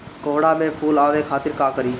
कोहड़ा में फुल आवे खातिर का करी?